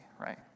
right